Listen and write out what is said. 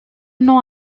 nom